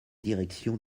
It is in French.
direction